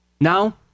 now